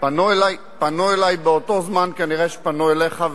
פנו אלי בפעם הראשונה כנראה זמן קצר אחרי שפנו אליך,